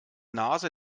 nase